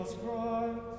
Christ